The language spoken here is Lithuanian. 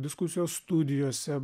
diskusijos studijose